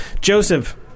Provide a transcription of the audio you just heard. Joseph